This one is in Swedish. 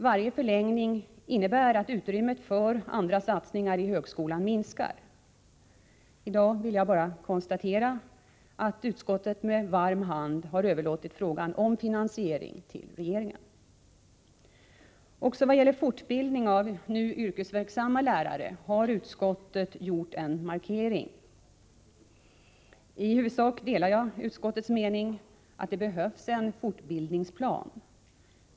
Varje förlängning innebär att utrymmet för andra satsningar i högskolan minskar. I dag vill jag på denna punkt bara konstatera att utskottet med varm Nr 160 hand överlåtit frågan om finansieringen till regeringen. ä ES 2 Tisdagen den Också vad gäller fortbildning av nu yrkesverksamma lärare har utskottet 4 juni 1985 gjort en markering. I huvudsak delar jag utskottets mening att det behövs en fortbildningsplan.